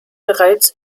bereits